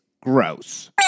gross